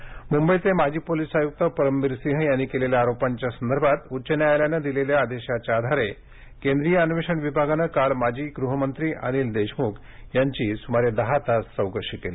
देशमुख चौकशी मुंबईचे माजी पोलीस आयुक्त परमबीर सिंह यांनी केलेल्या आरोपांच्या संदर्भात उच्च न्यायालयानं दिलेल्या आदेशाच्या आधारे केंद्रीय अन्वेषण विभागानं काल माजी गृहमंत्री अनिल देशमुख यांची सुमारे दहा तास चौकशी केली